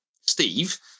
Steve